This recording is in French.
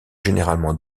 généralement